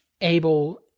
able